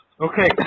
Okay